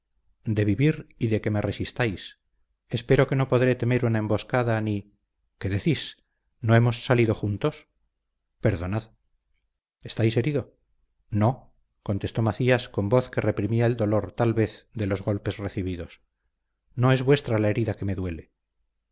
de vivir y de que me resistáis espero que no podré temer una emboscada ni qué decís no hemos salido juntos perdonad estáis herido no contestó macías con voz que reprimía el dolor tal vez de los golpes recibidos no es vuestra la herida que me duele